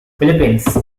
philippines